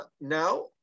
Now